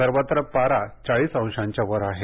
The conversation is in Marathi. सर्वत्र पारा चाळीस अंशांच्या वर आहे